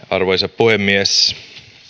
arvoisa puhemies